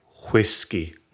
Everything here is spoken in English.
whiskey